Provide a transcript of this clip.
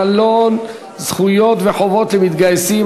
עלון זכויות וחובות למתגייסים),